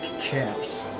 chaps